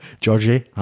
Georgie